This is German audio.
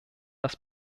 das